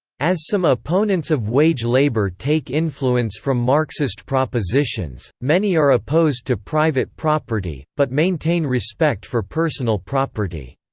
as some opponents of wage labour take influence from marxist propositions, many are opposed to private property, but maintain respect for personal property.